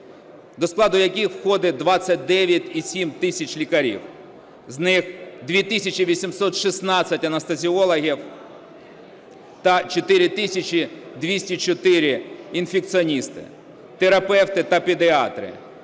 до складу яких входить 29,7 тисяч лікарів, з них 2 тисячі 816 анестезіологів та 4 тисячі 204 інфекціоністи, терапевти та педіатри,